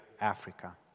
Africa